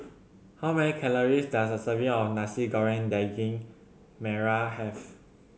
how many calories does a serving of Nasi Goreng Daging Merah have